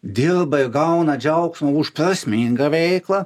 dirba ir gauna džiaugsmo už prasmingą veiklą